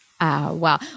Wow